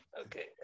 okay